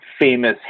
famous